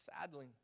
Sadly